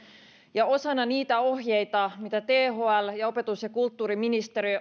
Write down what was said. ja osana niitä ohjeita mitä thl ja opetus ja kulttuuriministeriö